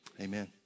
Amen